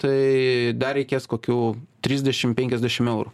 tai dar reikės kokių trisdešimt penkiasdešimt eurų